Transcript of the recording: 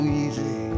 easy